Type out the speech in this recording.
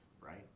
right